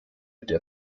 der